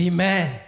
Amen